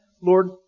Lord